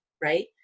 right